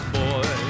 boy